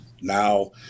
now